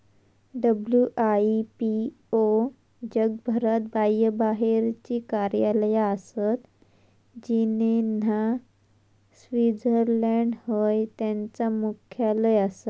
WIPO जगभरात बाह्यबाहेरची कार्यालया आसत, जिनेव्हा, स्वित्झर्लंड हय त्यांचा मुख्यालय आसा